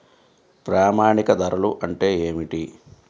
ప్రామాణిక ధరలు అంటే ఏమిటీ?